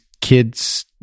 kids